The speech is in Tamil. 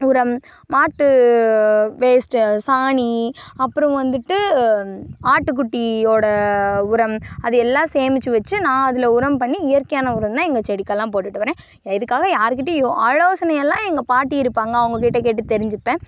உரம் மாட்டு வேஸ்ட்டு சாணி அப்புறம் வந்துவிட்டு ஆட்டுக்குட்டியோட உரம் அது எல்லாம் சேமித்து வைச்சி நான் அதில் உரம் பண்ணி இயற்கையான உரம் தான் எங்கள் செடிக்கெல்லாம் போட்டுட்டு வர்றேன் இதுக்காக யாருக்கிட்டையும் ஆலோசனைல்லாம் எங்கள் பாட்டி இருப்பாங்க அவங்கக்கிட்ட கேட்டு தெரிஞ்சுப்பேன்